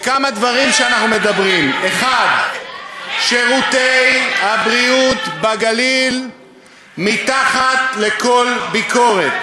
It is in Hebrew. ועל כמה דברים אנחנו מדברים: 1. שירותי הבריאות בגליל מתחת לכל ביקורת,